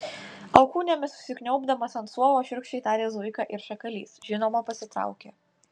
alkūnėmis užsikniaubdamas ant suolo šiurkščiai tarė zuika ir šakalys žinoma pasitraukė